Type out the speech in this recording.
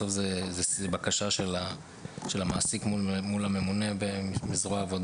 ____________________ פרטי המעסיק ____________________.